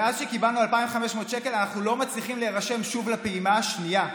מאז שקיבלנו 2,500 שקל אנחנו לא מצליחים להירשם שוב לפעימה השנייה.